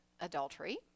adultery